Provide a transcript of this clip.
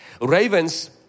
Ravens